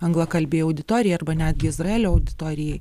anglakalbei auditorijai arba netgi izraelio auditorijai